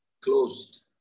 closed